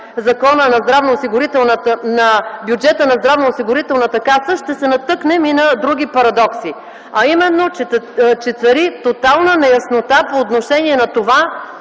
за промени на бюджета на Здравноосигурителната каса, ще се натъкнем и на други парадокси, а именно че цари тотална неяснота по отношение на това